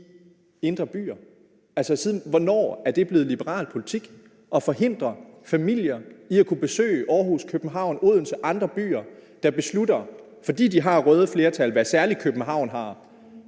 indre by? Siden hvornår er det blevet liberal politik at forhindre familier i at kunne besøge Aarhus, København, Odense og andre byer, der, fordi de har røde flertal – hvad særlig København har